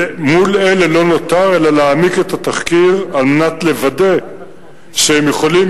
מול אלה לא נותר אלא להעמיק את התחקיר על מנת לוודא שהם יכולים,